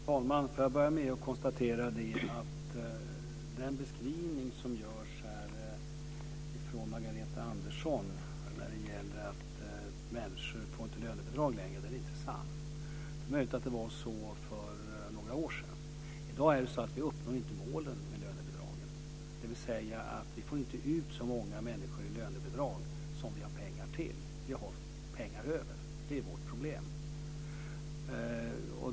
Fru talman! Får jag börja med att konstatera att den beskrivning som Margareta Andersson gör när det gäller att människor inte längre får lönebidrag inte är sann. Det är möjligt att det var så för några år sedan. I dag uppnår vi inte målen med lönebidragen, dvs. att vi inte får ut så många människor i lönebidrag som vi har pengar till. Vi har pengar över. Det är vårt problem.